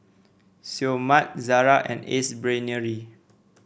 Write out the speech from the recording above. Seoul Mart Zara and Ace Brainery